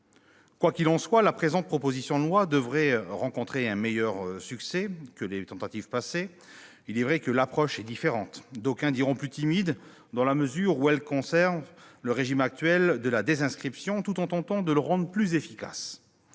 Quoi qu'il en soit, la présente proposition de loi devrait rencontrer un meilleur succès que les tentatives passées. Il est vrai que son approche est différente, d'aucuns diront « plus timide », dans la mesure où elle conserve le régime actuel de la désinscription, tout en tentant de le rendre plus efficace.